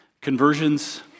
conversions